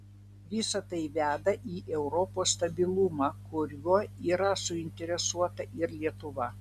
visa tai veda į europos stabilumą kuriuo yra suinteresuota ir lietuva